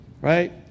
Right